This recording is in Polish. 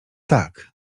tak